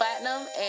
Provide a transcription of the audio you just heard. platinum